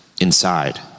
inside